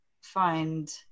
find